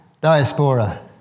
diaspora